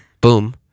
Boom